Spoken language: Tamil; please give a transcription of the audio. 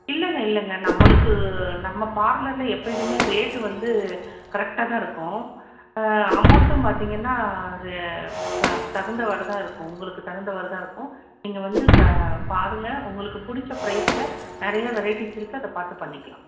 இல்லைங்க இல்லைங்க நம்மளுக்கு நம்ம பார்லரில் எப்பையுமே ரேட்டு வந்து கரெக்டாக தான் இருக்கும் அமௌண்ட்டும் பார்த்திங்கன்னா அது த தகுந்தவாறு தான் இருக்கும் உங்களுக்கு தகுந்தவாறு தான் இருக்கும் நீங்கள் வந்து க பாருங்கள் உங்களுக்கு பிடிச்ச பிரைஸில் நிறைய வெரைட்டிஸ் இருக்கு அதை பார்த்து பண்ணிக்கலாம்